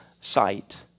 sight